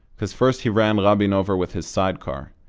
cause first he ran rabin over with his sidecar,